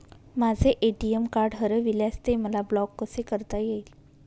माझे ATM card हरविल्यास ते मला ब्लॉक कसे करता येईल?